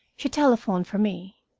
she telephoned for me.